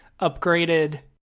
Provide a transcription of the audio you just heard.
upgraded